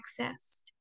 accessed